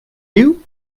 you